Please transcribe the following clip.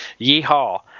yeehaw